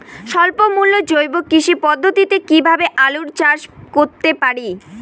স্বল্প মূল্যে জৈব কৃষি পদ্ধতিতে কীভাবে আলুর চাষ করতে পারি?